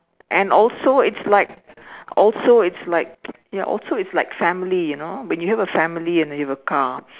and also it's like also it's like ya also it's like family you know when you have a family and you have a car